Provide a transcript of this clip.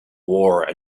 war